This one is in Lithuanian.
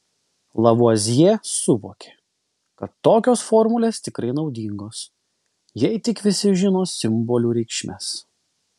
lavuazjė suvokė kad tokios formulės tikrai naudingos jei tik visi žino simbolių reikšmes